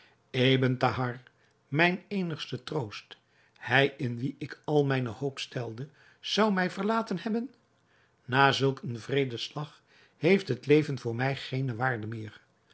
thahar mijn eenigste troost hij in wien ik al mijne hoop stelde zou mij verlaten hebben na zulk een wreeden slag heeft het leven voor mij geene waarde meer